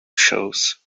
shows